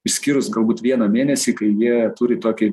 išskyrus galbūt vieną mėnesį kai jie turi tokį